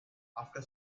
after